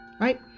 Right